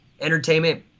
entertainment